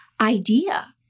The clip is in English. idea